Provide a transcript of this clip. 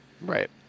Right